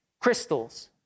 crystals